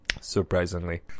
Surprisingly